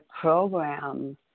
program